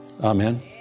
Amen